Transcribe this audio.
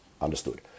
Understood